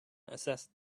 assessed